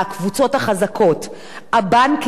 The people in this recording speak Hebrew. הבנקים, שלוקחים להם, ככה, ערבויות,